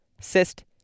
cyst